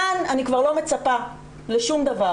כאן אני כבר לא מצפה לשום דבר